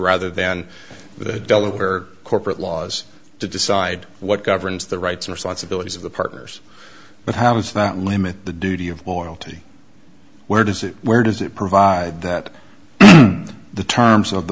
rather than the delaware corporate laws to decide what governs the rights and responsibilities of the partners but how does that limit the duty of loyalty where does it where does it provide that the terms of the